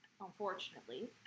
unfortunately